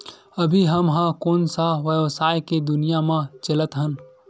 अभी हम ह कोन सा व्यवसाय के दुनिया म चलत हन?